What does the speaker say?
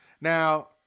Now